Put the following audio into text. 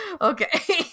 Okay